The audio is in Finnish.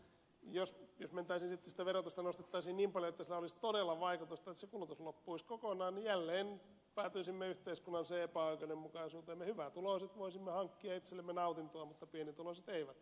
jos mentäisiin sitten siihen että sitä verotusta nostettaisiin niin paljon että sillä olisi todella vaikutusta että se kulutus loppuisi kokonaan niin jälleen päätyisimme yhteiskunnalliseen epäoikeudenmukaisuuteen eli me hyvätuloiset voisimme hankkia itsellemme nautintoa mutta pienituloiset eivät voisi